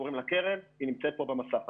קוראים לה קרן והיא נמצא פה במסך.